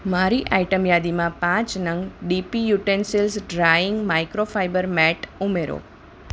મારી આઈટમ યાદીમાં પાંચ નંગ DP utensils drying microfibre mat ઉમેરો